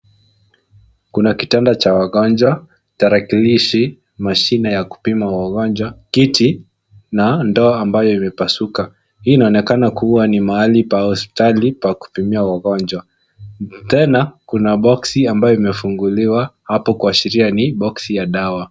Kuna kitanda cha wagonjwa, tarakilishi, mashine ya kupima wagonjwa, kiti na ndoo ambayo imepasuka. Hii inaonekana kuwa mahali pa hospitali pa kupimia wagonjwa, tena kuna boksi ambayo imefunguliwa hapo kuashiria ni boksi ya dawa.